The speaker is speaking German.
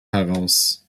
heraus